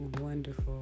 wonderful